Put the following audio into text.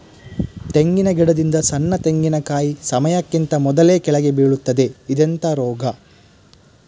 ತೆಂಗಿನ ಗಿಡದಿಂದ ಸಣ್ಣ ತೆಂಗಿನಕಾಯಿ ಸಮಯಕ್ಕಿಂತ ಮೊದಲೇ ಕೆಳಗೆ ಬೀಳುತ್ತದೆ ಇದೆಂತ ರೋಗ?